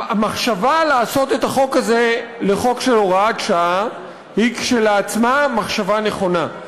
המחשבה לעשות את החוק הזה לחוק של הוראת שעה היא כשלעצמה מחשבה נכונה.